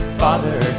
father